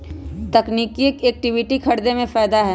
तकनिकिये इक्विटी खरीदे में फायदा हए